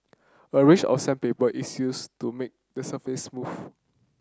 a range of sandpaper is used to make the surface smooth